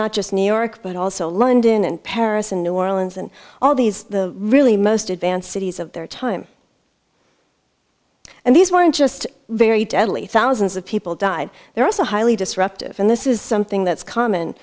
not just new york but also london and paris and new orleans and all these the really most advanced cities of their time and these weren't just very deadly thousands of people died they're also highly disruptive and this is something that's common